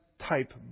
type